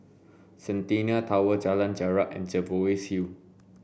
Centennial Tower Jalan Jarak and Jervois Hill